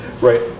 right